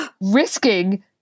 risking